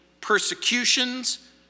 persecutions